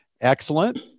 Excellent